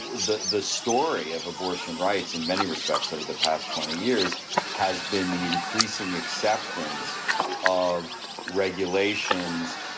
the the story of abortion rights in many respects over the past twenty years has been the increasing acceptance of regulations.